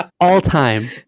All-time